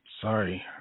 Sorry